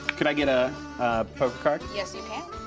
could i get a poker card? yes you can.